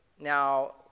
Now